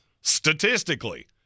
Statistically